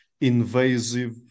invasive